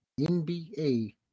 NBA